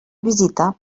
visita